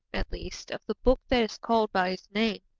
at least, of the book that is called by his name.